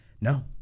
No